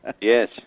Yes